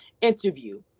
interview